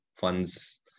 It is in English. funds